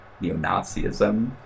neo-Nazism